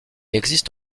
existe